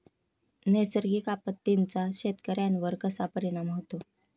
नैसर्गिक आपत्तींचा शेतकऱ्यांवर कसा परिणाम होतो?